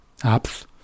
apps